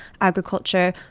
agriculture